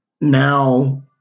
Now